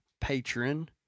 patron